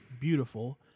beautiful